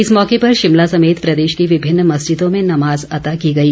इस मौके पर शिमला समेत प्रदेश की विभिन्न मस्जिदों में नमाज अता की गई